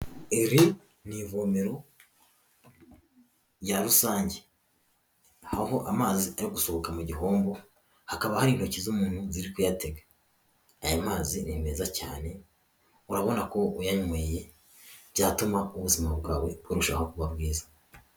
Iri ni ivomero rya rusange aho amazi ari gusohoka mu gihombo hakaba hari intoki z'umuntu biri kuyatega, aya mazi ni meza cyane urabona ko uyanyweye byatuma ubuzima bwawe burushaho kuba bwiza.